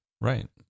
Right